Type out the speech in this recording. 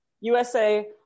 USA